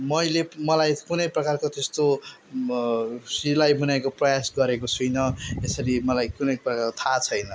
मैले मलाई कुनै प्रकारको त्यस्तो सिलाइ बुनाइको प्रयास गरेको छुइनँ यसरी मलाई कुनै प्रकारको थाह छैन